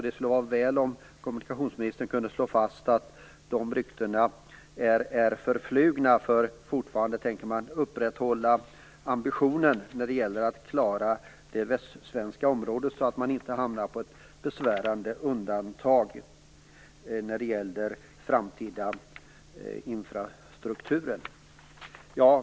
Det skulle vara bra om kommunikationsministern kunde slå fast att dessa rykten är förflugna och att man fortfarande tänker upprätthålla ambitionen när det gäller att klara det västsvenska området så att inte detta hamnar på ett besvärande undantag när det gäller framtida infrastruktur.